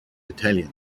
italian